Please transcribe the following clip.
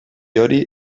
hori